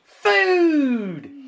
food